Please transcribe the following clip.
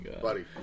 buddy